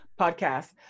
podcast